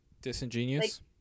disingenuous